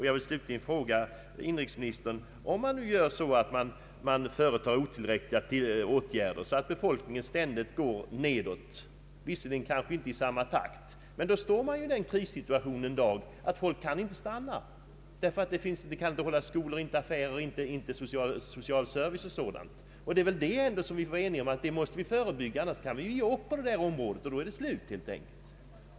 Jag vill slutligen fråga inrikesministern: Om man nu företar otillräckliga åtgärder så att befolkningen ständigt minskas — visserligen kanske inte i samma takt som förut — blir ju resultatet till slut att man en dag har en krissituation, då den befolkning som alltjämt finns kvar på en ort inte kan stanna där längre därför att det inte finns några skolor, affärer, social service o. d. Måste vi inte vara eniga om att vi skall förebygga detta? Annars kan vi ge upp på detta område, och då är det slut helt enkelt.